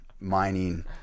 mining